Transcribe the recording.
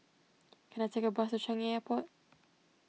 can I take a bus to Changi Airport